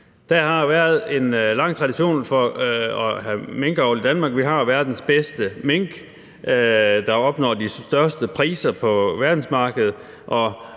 Der har været en lang tradition for at have minkavl i Danmark. Vi har verdens bedste mink, der opnår de højeste priser på verdensmarkedet,